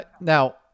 Now